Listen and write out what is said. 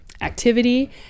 Activity